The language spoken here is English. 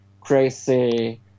crazy